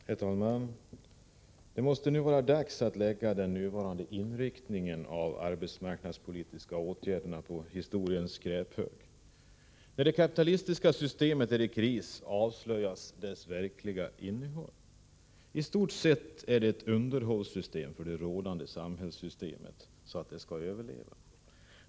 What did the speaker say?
Herr talman! Det måste vara dags att lägga den nuvarande inriktningen av de arbetsmarknadspolitiska åtgärderna på historiens skräphög. När det kapitalistiska systemet är i kris, avslöjas dess verkliga innehåll. I stort sett är det ett underhållssystem för det rådande samhällsskicket, så att detta skall överleva.